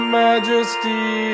majesty